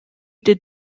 did